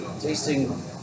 tasting